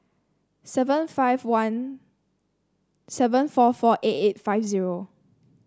seven five one seven four four eight eight five zero